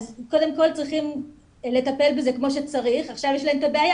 קודם כל צריכים לטפל בזה כמו שצריך ועכשיו יש להם את הבעיה